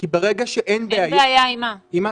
כי ברגע שאין בעיה --- אין בעיה עם מה?